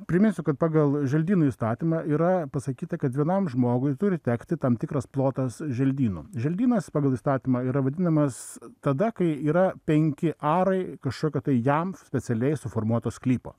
priminsiu kad pagal želdynų įstatymą yra pasakyta kad vienam žmogui turi tekti tam tikras plotas želdynų želdynas pagal įstatymą yra vadinamas tada kai yra penki arai kažkokio tai jam specialiai suformuoto sklypo